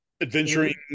adventuring